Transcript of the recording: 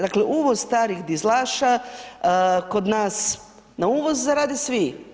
Dakle uvoz starih dizelaša kod nas na uvoz rade svi.